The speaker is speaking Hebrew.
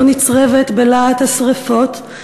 לא נצרבת בלהט / השרפות,